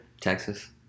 Texas